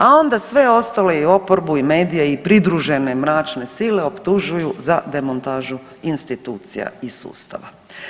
A onda sve ostalo i oporbu i medije i pridružene mračne sile optužuju za demontažu institucija i sustava.